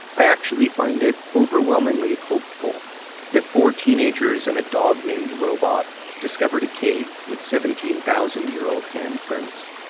i actually find it overwhelmingly hopeful that four teenagers and a dog named robot discovered a cave with seventeen thousand year old hand prints,